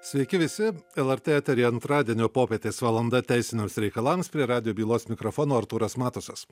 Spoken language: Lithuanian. sveiki visi lrt eteryje antradienio popietės valanda teisiniams reikalams prie radijo bylos mikrofono artūras matusas